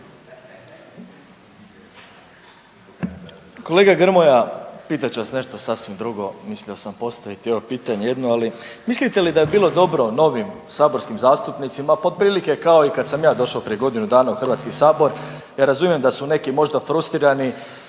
Kolega Grmoja, pitat ću vas nešto sasvim drugo. Mislio sam postaviti evo pitanje jedno, ali … Mislite li da bi bilo dobro novim saborskim zastupnicima otprilike kao i kad sam ja došao prije godinu dana u Hrvatski sabor. Ja razumijem da su neki možda frustrirani